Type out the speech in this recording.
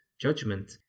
judgment